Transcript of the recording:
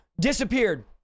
disappeared